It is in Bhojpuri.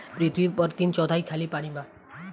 पृथ्वी पर तीन चौथाई खाली पानी बा